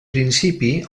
principi